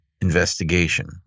investigation